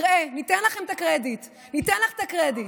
נראה, ניתן לכם את הקרדיט, ניתן לך את הקרדיט.